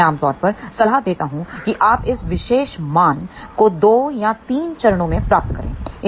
मैं आमतौर पर सलाह देता हूं कि आप इस विशेष मान को 2 या 3 चरणों में प्राप्त करें